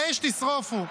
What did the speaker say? באש תשרופו.